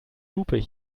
lupe